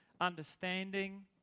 understanding